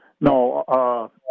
No